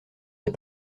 des